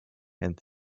and